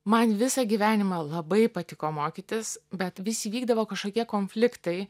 man visą gyvenimą labai patiko mokytis bet vis įvykdavo kažkokie konfliktai